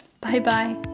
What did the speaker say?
Bye-bye